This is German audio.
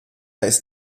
ist